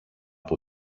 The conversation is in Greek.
που